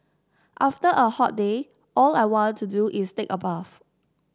after a hot day all I want to do is take a bath